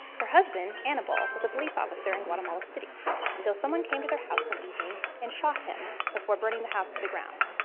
her husband, anibal, was a police officer in guatemala city until someone came to their house one evening and shot him before burning the house to the ground.